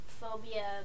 phobia